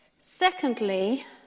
Secondly